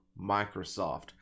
Microsoft